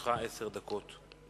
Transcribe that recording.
לרשותך עשר דקות.